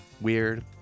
weird